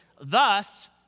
Thus